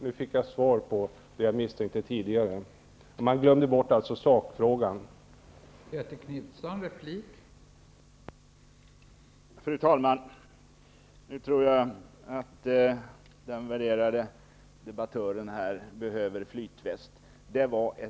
Jag fick emellertid svar på det som jag tidigare har misstänkt, nämligen att sakfrågan blev bortglömd.